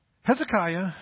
Hezekiah